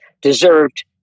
deserved